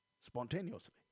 spontaneously